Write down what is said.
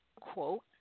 Quote